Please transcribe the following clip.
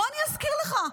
בוא אני אזכיר לך,